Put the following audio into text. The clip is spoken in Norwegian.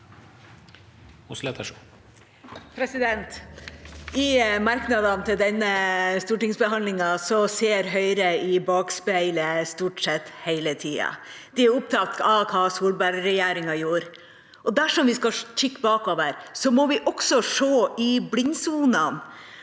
I merknadene til den- ne stortingsbehandlingen ser Høyre i bakspeilet stort sett hele tiden. De er opptatt av hva Solberg-regjeringa gjorde. Dersom vi skal kikke bakover, må vi også se i blindsonene